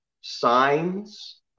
signs